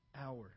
hour